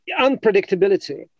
unpredictability